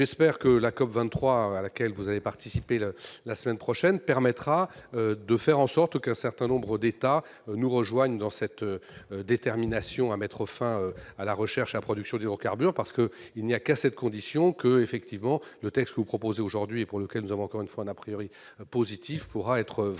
j'espère que la COP23, à laquelle vous allez participer la semaine prochaine, permettra de faire en sorte qu'un certain nombre d'États nous rejoignent et partagent notre détermination à mettre fin à la recherche et à la production d'hydrocarbures. Il n'y a qu'à cette condition que le texte proposé aujourd'hui, pour lequel nous avons, je le répète, un positif, pourra être vraiment